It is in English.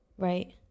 right